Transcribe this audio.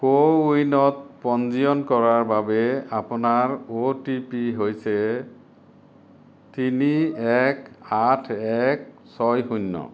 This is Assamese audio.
কোৱিনত পঞ্জীয়ন কৰাৰ বাবে আপোনাৰ অ' টি পি হৈছে তিনি এক আঠ এক ছয় শূণ্য